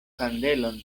kandelon